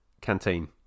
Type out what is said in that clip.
canteen